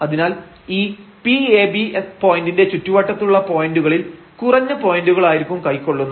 അതിനാൽ ഈ Pab പോയന്റിന്റെ ചുറ്റുവട്ടത്തുള്ള പോയന്റുകളിൽ കുറഞ്ഞ പോയന്റുകൾ ആയിരിക്കും കൈക്കൊള്ളുന്നത്